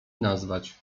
nazwać